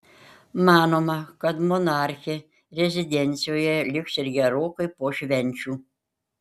manoma kad monarchė rezidencijoje liks ir gerokai po švenčių